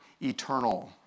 eternal